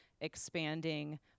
expanding